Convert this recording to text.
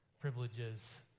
privileges